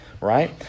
right